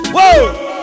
Whoa